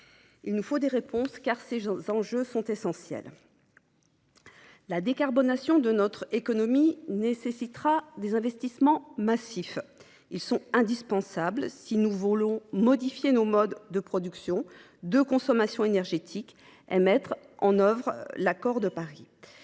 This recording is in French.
Il nous faut des réponses, car ces enjeux sont essentiels. La décarbonation de notre économie nécessitera des investissements massifs. Ces derniers sont indispensables si nous voulons modifier nos modes de production et de consommation énergétique et, ce faisant, mettre en œuvre l’accord de Paris.